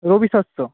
রবি শস্য